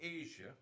Asia